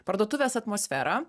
parduotuvės atmosferą